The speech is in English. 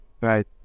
right